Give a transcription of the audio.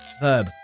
Verb